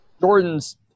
Jordan's